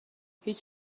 هیچ